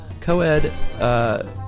Coed